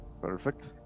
Perfect